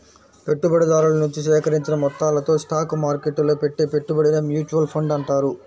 పెట్టుబడిదారుల నుంచి సేకరించిన మొత్తాలతో స్టాక్ మార్కెట్టులో పెట్టే పెట్టుబడినే మ్యూచువల్ ఫండ్ అంటారు